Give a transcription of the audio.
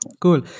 Cool